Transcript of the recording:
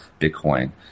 Bitcoin